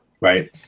Right